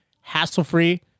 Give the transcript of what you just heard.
hassle-free